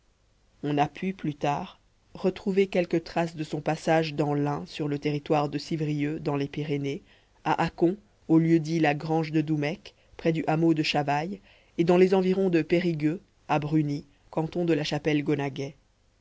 on a pu plus tard retrouver quelque trace de son passage dans l'ain sur le territoire de civrieux dans les pyrénées à accons au lieu dit la grange de doumecq près du hameau de chavailles et dans les environs de périgueux à brunies canton de la chapelle gonaguet